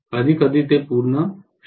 कधीकधी ते पूर्णपणे 0 होईल